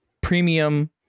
premium